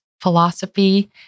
philosophy